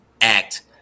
act